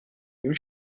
une